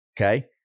Okay